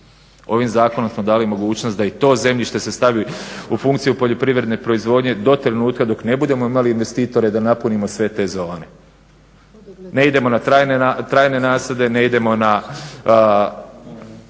Ovim zakonom smo dali mogućnost da i to zemljište se stavi u funkciju poljoprivredne proizvodnje do trenutka dok ne budemo imali investitore da napunimo sve te zone. Ne idemo na trajne nasade, ne idemo na